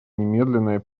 немедленное